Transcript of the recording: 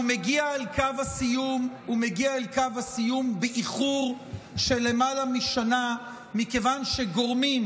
הוא מגיע לקו הסיום באיחור של למעלה משנה מכיוון שגורמים,